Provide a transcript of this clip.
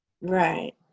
Right